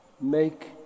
make